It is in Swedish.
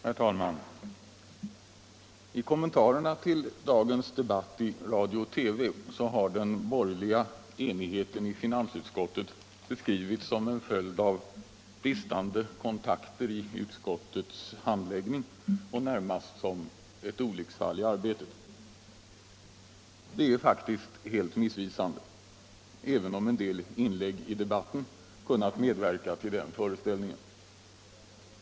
Herr talman! I kommentarerna till dagens debatt i radio och TV har den borgerliga enigheten i finansutskottet beskrivits som en följd av bristande kontakter i utskottets handläggning och närmast som ett olycksfall i arbetet. Det är faktiskt helt missvisande, även om en del inlägg i debatten kunnat medverka till den föreställningen.